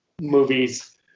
movies